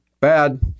Bad